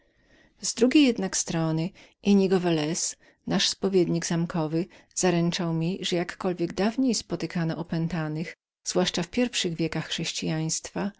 z drugiej jednak strony innigo velez nasz spowiednik zamkowy zaręczył mi że jakkolwiek dawniej znajdowali się opętani zwłaszcza w pierwszych czasach chrześcijaństwa